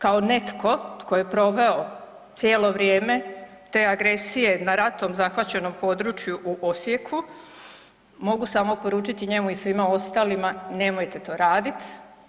Kao netko tko je proveo cijelo vrijeme te agresije na ratom zahvaćenom području u Osijeku mogu samo poručiti njemu i svima ostalima nemojte to raditi.